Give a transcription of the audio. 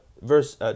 verse